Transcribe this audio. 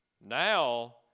Now